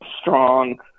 strong